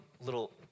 little